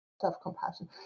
self-compassion